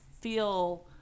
feel